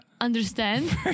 understand